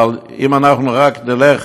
אבל אם אנחנו רק נלך